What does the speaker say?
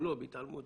אם לא, בהתערבות.